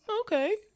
Okay